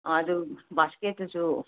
ꯑ ꯑꯗꯨ ꯕꯥꯁꯀꯦꯠꯇꯨꯁꯨ